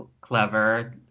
clever